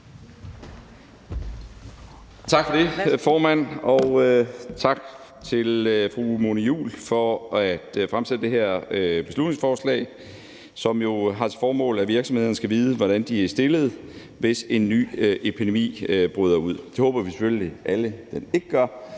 Tak for det, formand, og tak til fru Mona Juul for at fremsætte det her beslutningsforslag, som jo har til formål, at virksomhederne skal vide, hvordan de er stillet, hvis en ny epidemi bryder ud. Det håber vi selvfølgelig alle ikke sker,